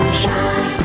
shine